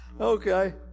Okay